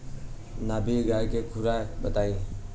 गाभिन गाय के खुराक बताई?